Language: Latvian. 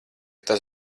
tas